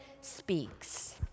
speaks